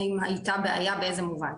אם הייתה בעיה באיזה מובן?